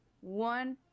one